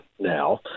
now